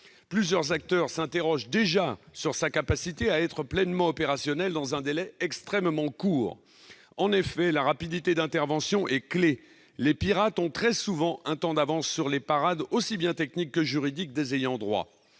Plusieurs acteurs s'interrogent déjà sur la possibilité qu'il soit pleinement opérationnel dans un délai extrêmement court. En effet, la rapidité d'intervention est clé. Les pirates ont très souvent un temps d'avance sur les parades, aussi bien techniques que juridiques, des ayants droit.